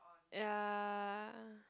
ya